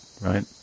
right